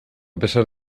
pesar